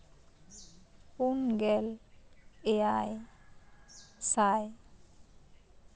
ᱯᱩᱱ ᱜᱮᱞ ᱮᱭᱟᱭ ᱥᱟᱭ